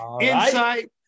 insight